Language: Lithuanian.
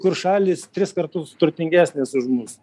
kur šalys tris kartus turtingesnės už mus